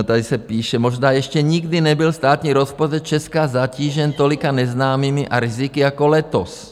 Tady se píše: Možná ještě nikdy nebyl státní rozpočet Česka zatížen tolika neznámými a riziky jako letos.